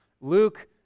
Luke